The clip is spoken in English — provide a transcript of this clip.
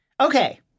Okay